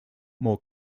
more